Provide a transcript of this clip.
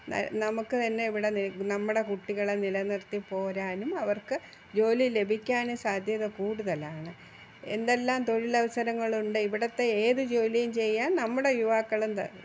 നമുക്ക് തന്നെ ഇവിടെ നമ്മുടെ കുട്ടികളെ നിലനിർത്തി പോരാനും അവർക്ക് ജോലി ലഭിക്കാനും സാധ്യത കൂടുതലാണ് എന്തെല്ലാം തൊഴിലവസരങ്ങളുണ്ട് ഇവിടത്തെ ഏത് ജോലിയും ചെയ്യാൻ നമ്മുടെ യുവാക്കളും